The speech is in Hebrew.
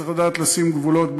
צריך לדעת לשים גבולות.